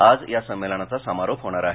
आज या संमेलनाचा समारोप होणार आहे